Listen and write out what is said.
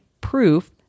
proof